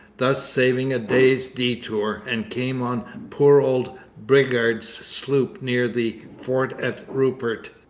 thus saving a day's detour, and came on poor old bridgar's sloop near the fort at rupert,